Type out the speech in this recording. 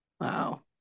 Wow